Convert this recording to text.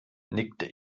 nickte